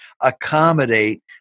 accommodate